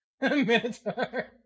minotaur